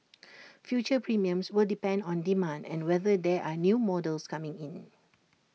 future premiums will depend on demand and whether there are new models coming in